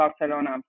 Barcelona